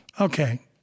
Okay